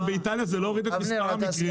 שבאיטליה זה לא הוריד את מספר המקרים.